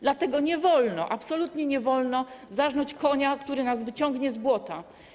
Dlatego nie wolno, absolutnie nie wolno zarżnąć konia, który wyciągnie nas z błota.